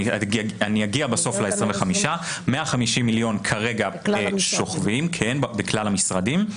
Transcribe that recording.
אגיע בסוף למספר 25,000,000. 150,000,000 כרגע שוכבים בכלל המשרדים,